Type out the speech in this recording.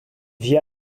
wir